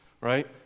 right